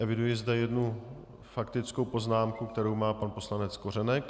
Eviduji zde jednu faktickou poznámku, kterou má pan poslanec Kořenek.